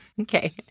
Okay